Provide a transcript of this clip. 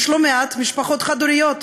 יש לא-מעט משפחות חד-הוריות,